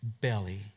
belly